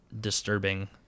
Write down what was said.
disturbing